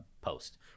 post